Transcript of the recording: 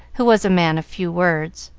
who was a man of few words.